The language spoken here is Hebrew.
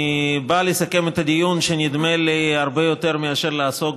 אני בא לסכם את הדיון שנדמה לי שהרבה יותר מאשר לעסוק